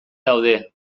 daude